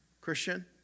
Christian